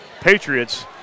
patriots